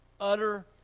utter